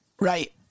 Right